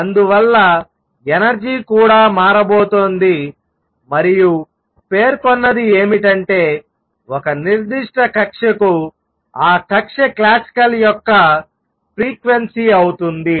అందువల్ల ఎనర్జీ కూడా మారుతుంది మరియు పేర్కొన్నది ఏమిటంటే ఒక నిర్దిష్ట కక్ష్యకు ఆ కక్ష్య యొక్క క్లాసికల్ ఫ్రీక్వెన్సీ అవుతుంది